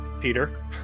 Peter